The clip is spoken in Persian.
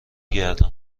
گردم